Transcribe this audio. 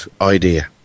idea